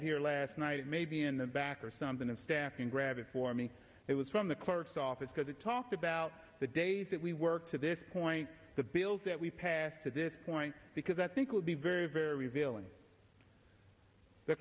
here last night maybe in the back or something and staff can grab it for me it was from the clerk's office because it talked about the days that we worked to this point the bills that we passed to this point because i think it would be very very revealing th